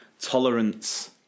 tolerance